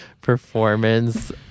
performance